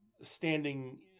standing